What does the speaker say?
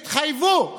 התחייבו,